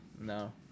No